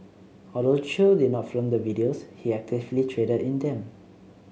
although Chew did not film the videos he actively traded in them